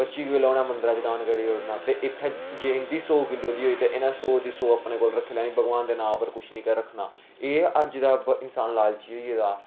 पच्ची किलो उंहे मंदरे च दान करी ओड़ना ते इत्थै अगर सौ किलो दी होई ते इनें सौ दी सौ अपने कोल रक्खी लेनी भगबान दे नां उप्पर कुछ नेईं रक्खना एह् अज दा इंसान लालची होई गेदा